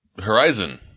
Horizon